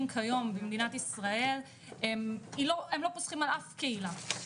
כיום במדינת ישראל הם לא פוסחים על אף קהילה,